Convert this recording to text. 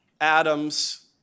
Adams